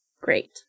Great